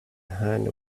hand